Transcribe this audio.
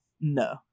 no